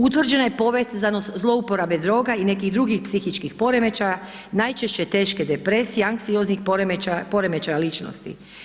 Utvrđena je povezanost zlouporabe droga i nekih drugih psihičkih poremećaja najčešće teške depresije, anksioznih poremećaja, poremećaja ličnosti.